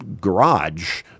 garage